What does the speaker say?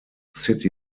city